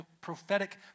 prophetic